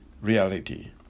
reality